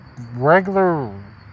regular